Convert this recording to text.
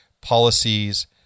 policies